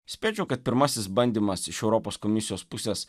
spėčiau kad pirmasis bandymas iš europos komisijos pusės